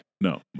No